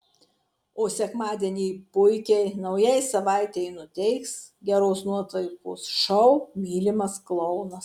o sekmadienį puikiai naujai savaitei nuteiks geros nuotaikos šou mylimas klounas